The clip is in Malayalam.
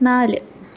നാല്